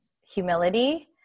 humility